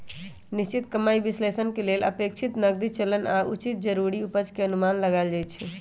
निश्चित कमाइ विश्लेषण के लेल अपेक्षित नकदी चलन आऽ उचित जरूरी उपज के अनुमान लगाएल जाइ छइ